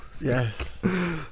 yes